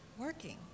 working